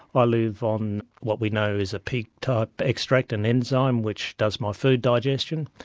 ah live on what we know as a peak-type extract, an enzyme which does my food digestion,